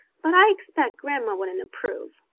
but i expect grandma wouldn't approve.